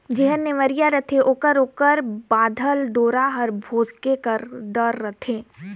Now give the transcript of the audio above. जेहर नेवरिया रहथे ओकर ओकर बाधल डोरा हर भोसके कर डर रहथे